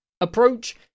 approach